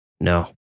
No